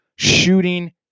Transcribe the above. Shooting